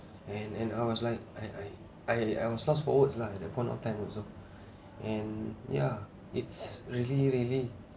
and and I was like I I I I was lost for words lah at that point of time also and ya it's really really